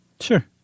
Sure